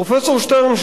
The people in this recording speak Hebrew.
פרופסור שטרן,